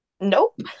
Nope